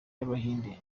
y’abahinde